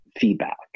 feedback